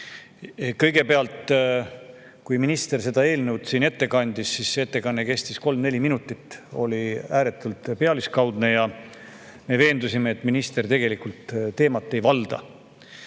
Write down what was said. Kõigepealt, kui minister seda eelnõu siin ette kandis, siis see ettekanne kestis kolm-neli minutit, oli ääretult pealiskaudne ja me veendusime, et minister tegelikult teemat ei valda.